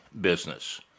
business